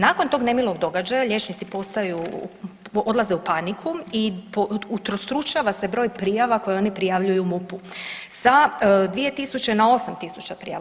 Nakon tog nemilog događaja liječnici postaju, odlaze u paniku i utrostručava se broj prijava koji oni prijavljuju MUP-u sa 2.000 na 8.000 prijava.